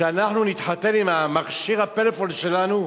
שאנחנו נתחתן עם מכשיר הפלאפון שלנו?